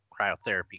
cryotherapy